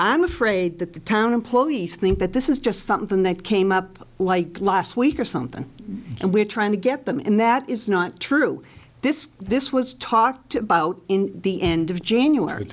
i'm afraid that the town employees think that this is just something that came up like last week or something and we're trying to get them in that is not true this this was talked about in the end of january